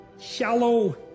shallow